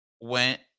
went